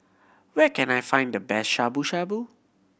where can I find the best Shabu Shabu